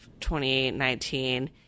2019